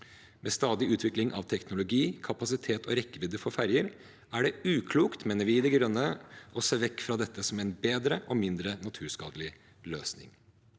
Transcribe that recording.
Med stadig utvikling av teknologi, kapasitet og rekkevidde for ferjer er det uklokt, mener vi i Miljøpartiet De Grønne, å se vekk fra dette som en bedre og mindre naturskadelig løsning.